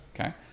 okay